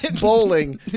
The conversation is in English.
Bowling